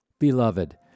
Beloved